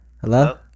Hello